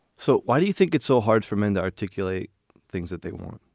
so why do you think it's so hard for men to articulate things that they want?